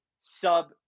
sub